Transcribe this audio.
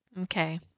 Okay